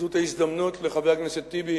זו ההזדמנות לחבר הכנסת טיבי